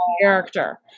character